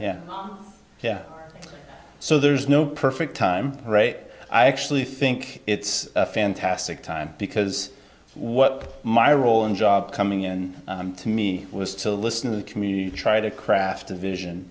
yeah yeah so there's no perfect time i actually think it's a fantastic time because what my role in job coming in to me was to listen to the community try to craft a vision